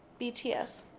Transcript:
BTS